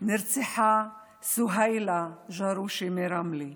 נרצחה סוהילה ג'רושי מרמלה.